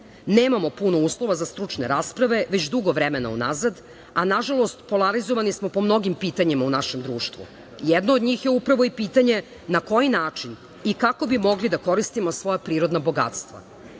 Nemamo puno uslova za stručne rasprave već dugo vremena unazad, a nažalost polarizovani smo po mnogim pitanjima u našem društvu. Jedno od njih je upravo i pitanje na koji način i kako bi mogli da koristimo svoja prirodna bogatstva. Neka